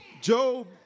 Job